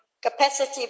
Capacity